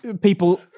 people